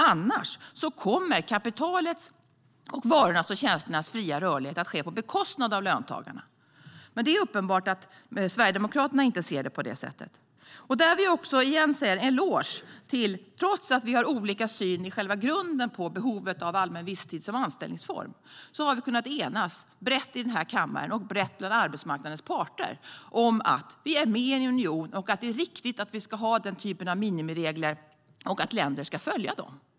Annars kommer kapitalets, varornas och tjänsternas fria rörlighet att ske på bekostnad av löntagarna. Men det är uppenbart att Sverigedemokraterna inte ser det på det sättet. Jag vill återigen ge en eloge. Trots att vi i grunden har olika syn på behovet av allmän visstid som anställningsform har vi kunnat enas brett i den här kammaren och brett bland arbetsmarknadens parter om att vi är med i en union, att det är riktigt att vi ska ha den här typen av minimiregler och att länder ska följa dem.